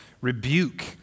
rebuke